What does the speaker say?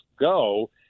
go